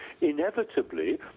inevitably